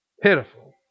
Pitiful